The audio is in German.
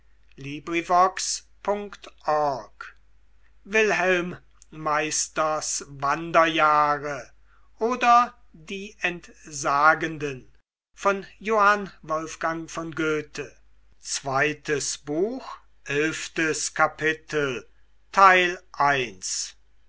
wilhelm meisters wanderjahre oder die entsagenden